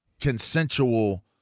consensual